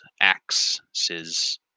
axes